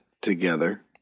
together